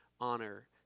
honor